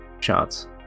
shots